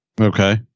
Okay